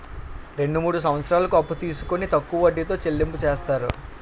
రెండు మూడు సంవత్సరాలకు అప్పు తీసుకొని తక్కువ వడ్డీతో చెల్లింపు చేస్తారు